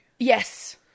yes